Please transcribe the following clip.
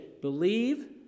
believe